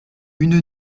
une